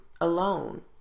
alone